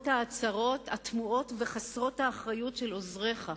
ההצהרות התמוהות וחסרות האחריות של עוזריך,